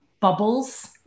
bubbles